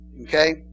Okay